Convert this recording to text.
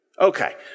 Okay